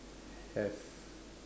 have